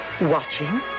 Watching